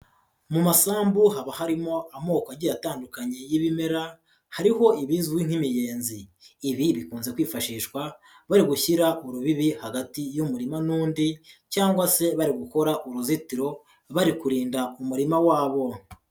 Mu masambu haba harimo amoko agiye atandukanye y'ibimera, hariho ibizwi nk'imiyezi, ibi bikunze kwifashishwa bari gushyira urubibi hagati y'umurima n'undi cyangwa se bari gukora uruzitiro bari kurinda umurima wabo.